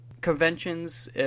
conventions